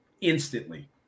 instantly